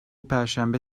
perşembe